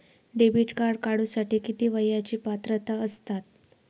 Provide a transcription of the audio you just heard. Debit card काढूसाठी किती वयाची पात्रता असतात?